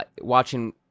watching